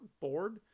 board